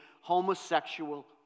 homosexual